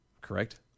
correct